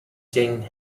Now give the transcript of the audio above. jing